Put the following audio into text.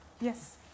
Yes